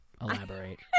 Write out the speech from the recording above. Elaborate